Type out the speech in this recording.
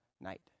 night